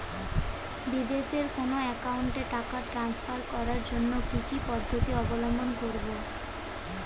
বিদেশের কোনো অ্যাকাউন্টে টাকা ট্রান্সফার করার জন্য কী কী পদ্ধতি অবলম্বন করব?